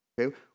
Okay